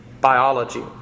biology